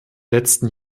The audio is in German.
letzten